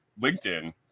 LinkedIn